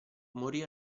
morì